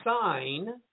sign